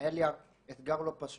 שהיה לי אתגר לא פשוט,